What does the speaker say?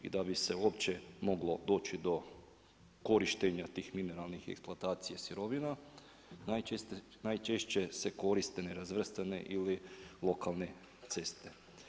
I da bi se uopće moglo doći do korištenja tih mineralnih eksploatacija i sirovina, najčešće se koriste nerazvrstane ili lokalne ceste.